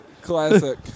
Classic